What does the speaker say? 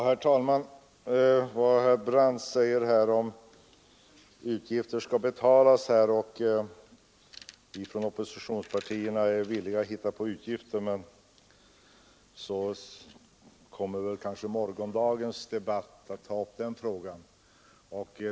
Herr talman! Vad herr Brandt säger om att utgifter skall betalas och om att vi från oppositionspartierna är villiga att hitta på utgifter kommer väl att tas upp i morgondagens debatt.